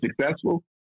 successful